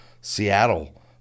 Seattle